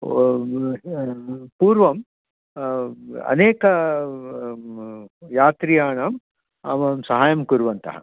पूर्वम् अनेकान् यात्रियानाम् अहं सहाय्यं कृतवन्तः